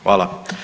Hvala.